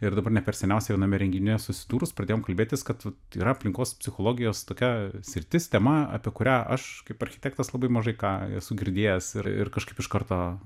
ir dabar ne per seniausiai viename renginyje susidūrus pradėjom kalbėtis kad tai yra aplinkos psichologijos tokia sritis tema apie kurią aš kaip architektas labai mažai ką esu girdėjęs ir ir kažkaip iš karto